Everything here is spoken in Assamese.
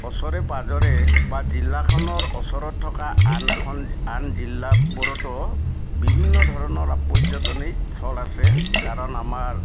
ওচৰে পাজৰে বা জিলাখনৰ ওচৰত থকা আন এখন আন জিলাবোৰতো বিভিন্ন ধৰণৰ পৰ্যটনিক থল আছে কাৰণ আমাৰ